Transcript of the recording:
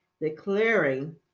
declaring